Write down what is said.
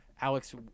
Alex